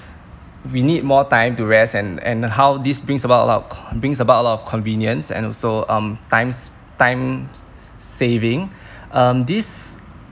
we need more time to rest and and how this brings about a lot of con~ brings a lot of convenience and also um time sp~ time saving um this